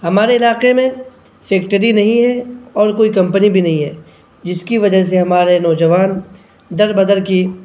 ہمارے علاقے میں فیکٹری نہیں ہے اور کوئی کمپنی بھی نہیں ہے جس کی وجہ سے ہمارے نوجوان در بہ در کی